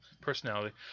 Personality